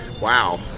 wow